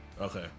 Okay